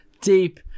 deep